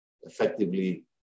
effectively